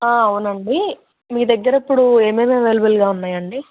అవునండి మీ దగ్గరిప్పుడు ఏమేమి అవైలబుల్గా ఉన్నాయండి